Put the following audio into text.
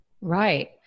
Right